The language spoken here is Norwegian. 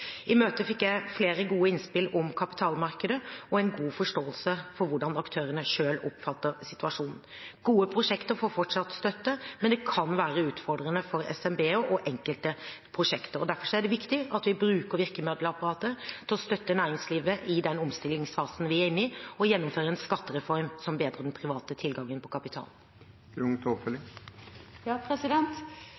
I møtet fikk jeg flere gode innspill om kapitalmarkedet og en god forståelse for hvordan aktørene selv oppfatter situasjonen. Gode prosjekter får fortsatt støtte, men det kan være utfordringer for SMB-er og for enkelte prosjekter. Derfor er det viktig at vi bruker virkemiddelapparatet til å støtte næringslivet i den omstillingsfasen vi er inne i, og gjennomfører en skattereform som bedrer den private tilgangen på kapital.